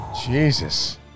Jesus